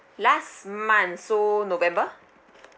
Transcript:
last month so november